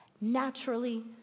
Naturally